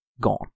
gone